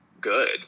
good